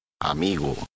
Amigo